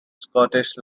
scottish